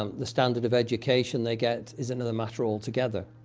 um the standard of education they get is another matter altogether.